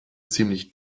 ziemlich